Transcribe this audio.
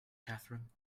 catherine